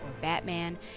Batman